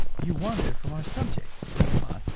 you wander from our subject, said demotte,